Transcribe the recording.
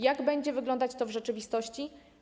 Jak będzie wyglądać to w rzeczywistości?